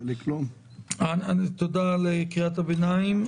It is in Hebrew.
תודה על קריאת הביניים.